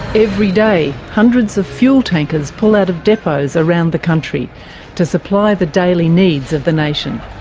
every day, hundreds of fuel tankers pull out of depots around the country to supply the daily needs of the nation.